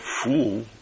fool